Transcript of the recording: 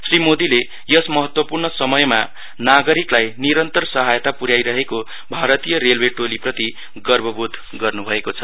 श्री मोदीले यस महत्वपूर्ण समयमा नागरिकलाई निरन्तर सहायता पुर्याइरहेको भारतीय रेलवे टोलीप्रति गर्वबोध गर्नुभएको छ